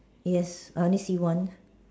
yes I only see one